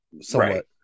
somewhat